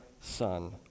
Son